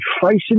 facing